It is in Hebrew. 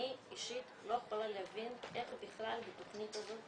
אני אישית לא יכולה להבין איך בכלל בתכנית הזאת,